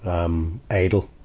um, idle.